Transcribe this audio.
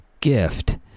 gift